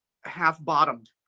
half-bottomed